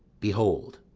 behold!